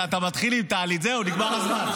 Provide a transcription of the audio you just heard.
אתה מתחיל עם טלי, זהו, נגמר הזמן.